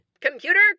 Computer